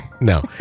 no